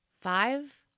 five